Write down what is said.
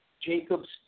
Jacob's